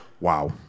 Wow